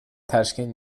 تشکیل